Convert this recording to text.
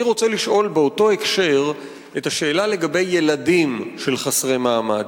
אני רוצה לשאול באותו הקשר את השאלה לגבי ילדים של חסרי מעמד.